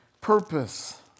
purpose